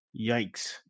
Yikes